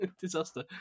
disaster